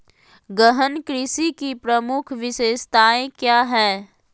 गहन कृषि की प्रमुख विशेषताएं क्या है?